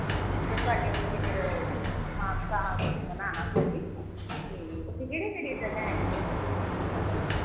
ਹਾਂ ਅਤੇ ਤੁਹਾਡੇ ਉੱਥੇ ਫਿਰ ਮਾਨਸਾ ਘੁੰਮਣ ਆਉਣਾ ਸੀ ਅਸੀਂ ਅਤੇ ਉੱਥੇ ਕਿਹੜੀਆਂ ਕਿਹੜੀਆਂ ਜਗ੍ਹਾ ਹੈਗੀਆਂ ਘੁੰਮਣ ਵਾਲੀਆਂ